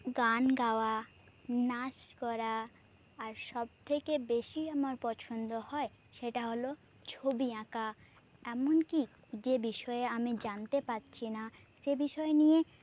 গান গাওয়া নাচ করা আর সব থেকে বেশি আমার পছন্দ হয় সেটা হলো ছবি আঁকা এমনকী যে বিষয়ে আমি জানতে পারছি না সে বিষয় নিয়ে